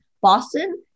Boston